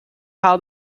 how